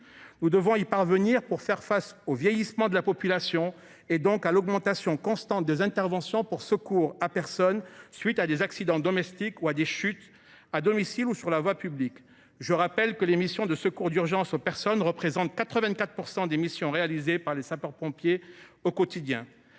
Nous devons y parvenir pour faire face au vieillissement de la population, donc à l’augmentation constante des interventions pour secours à personne à domicile – à la suite d’accidents domestiques ou de chutes – ou sur la voie publique. Je rappelle que les missions de secours d’urgence aux personnes représentent 84 % des missions réalisées par les sapeurs pompiers au quotidien.